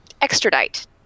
Extradite